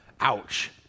Ouch